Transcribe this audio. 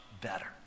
better